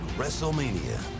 WrestleMania